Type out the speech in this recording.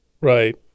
Right